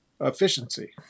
efficiency